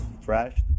fresh